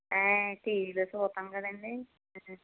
టీవీలో చూస్తాం కదండీ